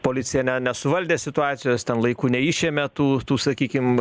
policija ne nesuvaldė situacijos ten laiku neišėmė tų tų sakykim